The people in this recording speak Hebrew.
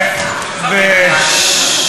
באהבה.